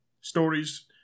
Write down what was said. Stories